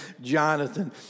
Jonathan